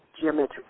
geometric